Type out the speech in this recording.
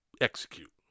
execute